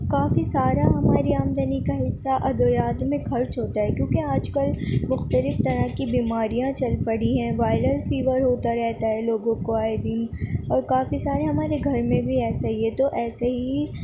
کافی سارا ہماری آمدنی کا حصہ ادویات میں خرچ ہوتا ہے کیونکہ آج کل مختلف طرح کی بیماریاں چل پڑی ہیں وائرل فیور ہوتا رہتا ہے لوگوں کو آئے دن اور کافی سارے ہمارے گھر میں بھی ایسے ہی ہے تو ایسے ہی